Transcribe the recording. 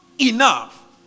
enough